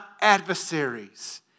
adversaries